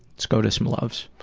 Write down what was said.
let's go to some loves.